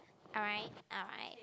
alright alright